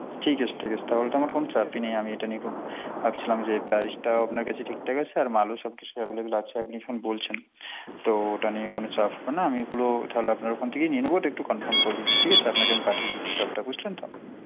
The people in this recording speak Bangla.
ঠিক আছে ঠিক আছে তাহলে তো আমার কোনো চাপই নেই আমি এটা নিয়ে খুব ভাবছিলাম যে প্রাইসটা আপনার কাছে ঠিকঠাক আছে আর মালও সব কিছু অ্যাভেলেবেল আছে আপনি যখন বলছেন তো ওটা নিয়ে কোনো চাপ না আমি ওগুলো তাহলে আপনার ওখান থেকেই নিয়ে নেবো ওটা একটু কনফার্ম করে দিচ্ছি ঠিক আছে আপনাকে আমি পাঠিয়ে দিচ্ছি সবটা বুঝলেন তো